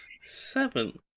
Seven